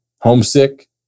homesick